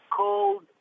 cold